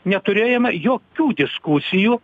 neturėjome jokių diskusijų